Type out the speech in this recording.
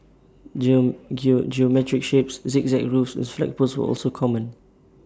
geometric shapes zigzag roofs and flagpoles were also common